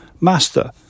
Master